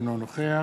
אינו נוכח